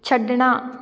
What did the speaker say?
ਛੱਡਣਾ